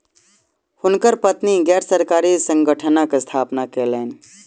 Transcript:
हुनकर पत्नी गैर सरकारी संगठनक स्थापना कयलैन